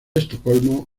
estocolmo